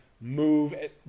move